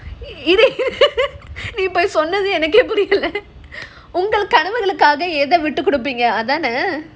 நீ சொல்றது எனக்கே பிடிக்கல:nee solrathu enake pidikala உங்கள் கனவுகளுக்காக எதை விட்டு கொடுப்பீங்க அதானே:ungal kanavugalukaaga edhai vitu kodupeenga adhanae